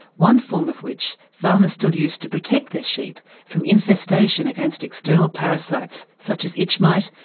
one form of which farmers still use to protect their sheep from infestation against external parasites such as itch mite,